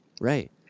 right